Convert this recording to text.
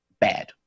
bad